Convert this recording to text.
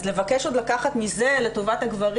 אז לבקש עוד לקחת מזה לטובת הגברים?